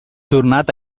tornat